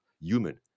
human